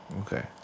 Okay